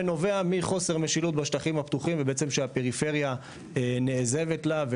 שנובע מחוסר משילות בשטחים הפתוחים ושבעצם הפריפריה נעזבת לה.